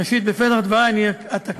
ראשית, בפתח דברי אני אתקן: